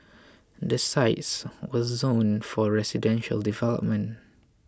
the sites were zoned for residential development